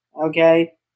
Okay